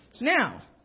Now